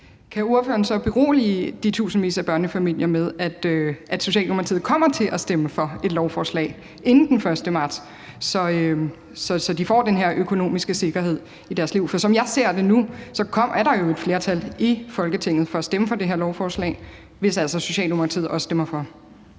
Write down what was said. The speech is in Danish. Kan ordføreren så berolige de tusindvis af børnefamilier med, at Socialdemokratiet kommer til at stemme for et lovforslag inden den 1. marts, så de får den her økonomiske sikkerhed i deres liv? For som jeg ser det nu, er der jo et flertal i Folketinget for at stemme for det her lovforslag, hvis altså Socialdemokratiet også stemmer for.